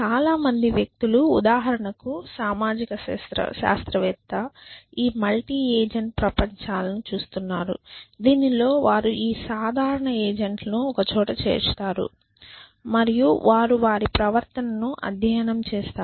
చాలా మంది వ్యక్తులు ఉదాహరణకు సామాజిక శాస్త్రవేత్త ఈ మల్టీ ఏజెంట్ ప్రపంచాలను చూస్తున్నారు దీనిలో వారు ఈ సాధారణ ఏజెంట్లను ఒకచోట చేర్చుతారు మరియు వారు వారి ప్రవర్తనను అధ్యయనం చేస్తారు